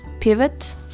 pivot